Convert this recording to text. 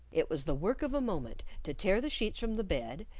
it was the work of a moment to tear the sheets from the bed,